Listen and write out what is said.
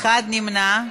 אחד נמנע.